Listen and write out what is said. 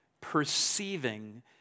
perceiving